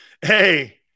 Hey